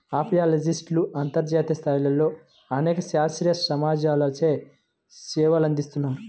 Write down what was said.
అపియాలజిస్ట్లు అంతర్జాతీయ స్థాయిలో అనేక శాస్త్రీయ సమాజాలచే సేవలందిస్తున్నారు